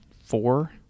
four